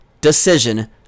decision